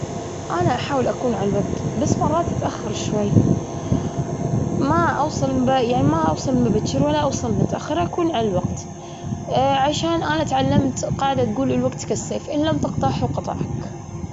إيه، رحت الشاليه ما أخروا وأجواء البحر كانت خيال، وبعد سوينا أكل وطباخ هناك، وكانت لمة مع الخوال والعمات. هذا أجمل شيء فينا إحنا نزور الأماكن، ورحت البحرين، رحت الإمارات، رحت بلدان كثيرة، وسافرت.